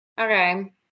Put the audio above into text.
Okay